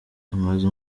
amaze